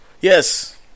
Yes